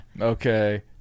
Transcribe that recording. Okay